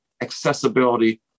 accessibility